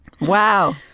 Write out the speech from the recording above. Wow